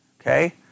Okay